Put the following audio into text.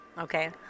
okay